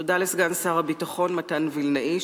תודה לסגן שר הביטחון מתן וילנאי,